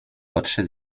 odszedł